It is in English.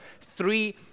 three